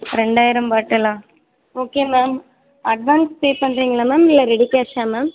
ரெண்டாயிரம் பாட்டிலா okay ma'am advance pay பண்ணுறீங்களா மேம் இல்லை ரெடி கேஷ்ஷா மேம்